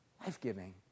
life-giving